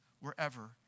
wherever